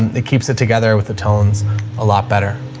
it keeps it together with the tones a lot better.